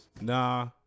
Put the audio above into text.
Nah